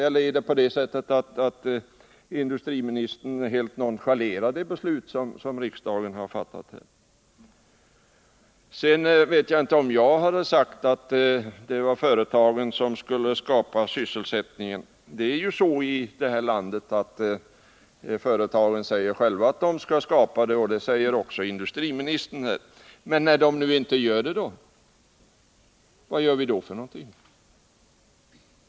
Eller är det så att industriministern helt nonchalerar det beslut som riksdagen fattat? Sedan vet jag inte om det var jag som sade att företagen skulle skapa sysselsättning. Det är ju så i det här landet att företagen själva säger att de skall göra det, och det säger också industriministern. Men när de nu inte gör det — vad gör vi då för någonting?